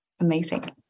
amazing